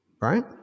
right